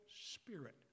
spirit